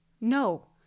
No